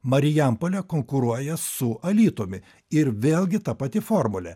marijampolė konkuruoja su alytumi ir vėlgi ta pati formulė